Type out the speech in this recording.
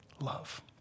love